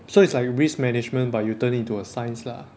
so it's like risk management but you turn it into a science lah